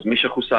אז מי שחוסן,